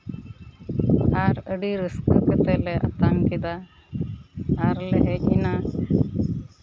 ᱟᱨ ᱟᱹᱰᱤ ᱨᱟᱹᱥᱠᱟᱹ ᱠᱟᱛᱮ ᱞᱮ ᱟᱛᱟᱝ ᱠᱮᱫᱟ ᱟᱨ ᱞᱮ ᱦᱮᱡ ᱮᱱᱟ